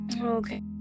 Okay